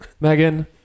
Megan